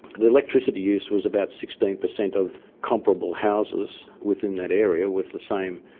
the electricity use was about sixteen per cent of comparable houses within that area with the same